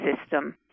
system